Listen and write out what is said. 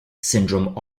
syndrome